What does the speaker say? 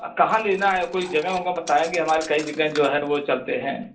कहाँ लेना है कोई जगह उगह बताएँगे हमारे कई जगहें जो है वो चलते हैं